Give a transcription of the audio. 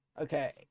Okay